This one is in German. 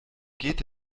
geht